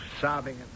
sobbing